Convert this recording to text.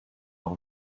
leur